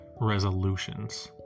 resolutions